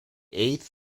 eighth